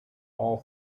all